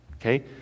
okay